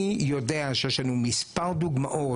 אני יודע שיש לנו מספר דוגמאות,